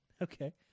Okay